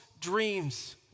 dreams